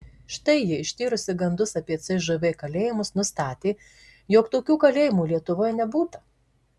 štai ji ištyrusi gandus apie cžv kalėjimus nustatė jog tokių kalėjimų lietuvoje nebūta